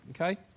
Okay